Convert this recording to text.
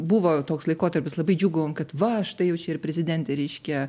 buvo toks laikotarpis labai džiūgavom kad va štai čia ir prezidentė reiškia